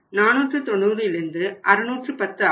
அதாவது 490லிருந்து 610 ஆகும்